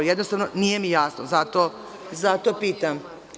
Jednostavno, nije mi jasno, zato pitam.